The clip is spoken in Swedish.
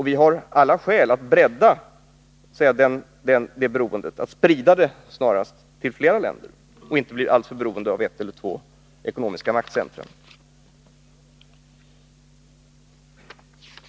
Vi har alla skäl att sprida detta beroende till flera länder för att inte bli alltför beroende av ett eller två ekonomiska maktcentra.